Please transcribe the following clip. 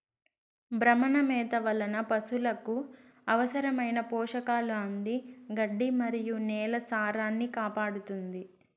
భ్రమణ మేత వలన పసులకు అవసరమైన పోషకాలు అంది గడ్డి మరియు నేల సారాన్నికాపాడుతుంది